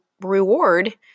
reward